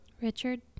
Richard